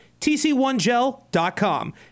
TC1Gel.com